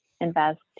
invest